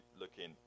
looking